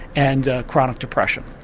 and chronic depression.